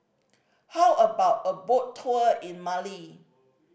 how about a boat tour in Mali